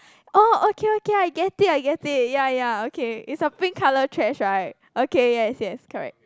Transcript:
oh okay okay I get it I get it ya ya okay it's a pink colour trash right okay yes yes correct